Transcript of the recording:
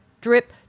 drip